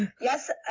Yes